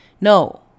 no